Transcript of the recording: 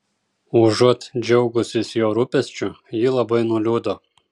užuot džiaugusis jo rūpesčiu ji labai nuliūdo